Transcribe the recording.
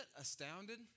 astounded